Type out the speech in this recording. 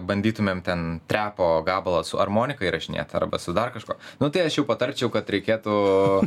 bandytumėm ten trepo gabalą su armonika įrašinėt arba su dar kažkuo nu tai aš jau patarčiau kad reikėtų